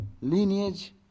lineage